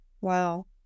Wow